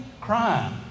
crime